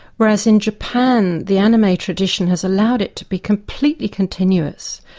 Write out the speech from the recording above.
whereas in japan, the anime tradition has allowed it to be completely continuous,